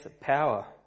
power